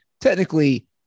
technically